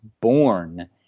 born